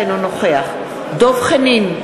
אינו נוכח דב חנין,